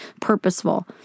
purposeful